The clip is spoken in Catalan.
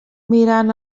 mirant